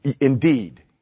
indeed